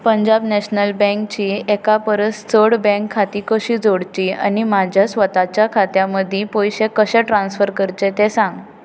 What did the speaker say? Punjab national बँकचीं एका परस चड बँक खातीं कशीं जोडचीं आनी म्हाज्या स्वताच्या खात्यां मदीं पयशे कशे ट्रानस्फर करचे तें सांग